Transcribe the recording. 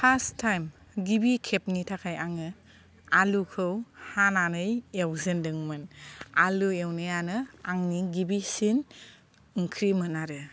first time गिबि खेबनि थाखाय आङो आलुखौ हानानै एवजेनदोंमोन आलु एवनायानो आंनि गिबिसिन ओंख्रिमोन आरो